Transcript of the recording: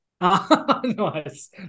Nice